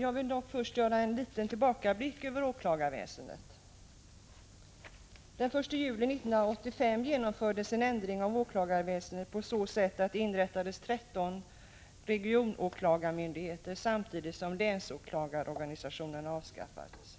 Jag vill dock först göra en liten tillbakablick på åklagarväsendet. Den 1 juli 1985 genomfördes en ändring av åklagarväsendet på så sätt att det inrättades 13 regionåklagarmyndigheter samtidigt som länsåklagarorganisationen avskaffades